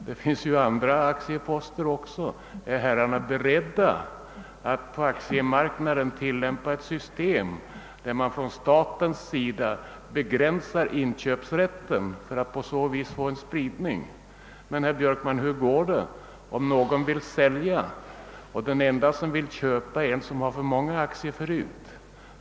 Det finns ju även andra aktieposter. Är herrarna beredda att på aktiemarknaden tillämpa ett system där man från statens sida begränsar inköpsrätten för att på så sätt få till stånd en spridning? Men, herr Björkman, hur går det om någon vill sälja och den enda som vill köpa är en som har för många aktier förut?